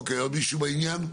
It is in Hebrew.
אוקיי, עוד מישהו בעניין?